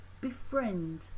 befriend